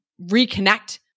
reconnect